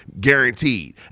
guaranteed